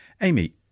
Amy